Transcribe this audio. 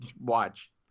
watch